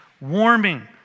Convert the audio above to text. warming